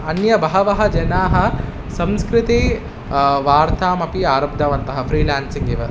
अन्य बहवः जनाः संस्कृते वार्तामपि आरब्धवन्तः फ़्रील्यान्सिङ्ग् एव